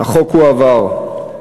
החוק הועבר.